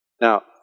Now